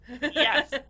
Yes